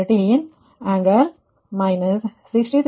13 angle minus 63